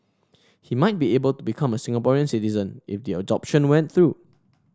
he might be able to become a Singapore citizen if the adoption went through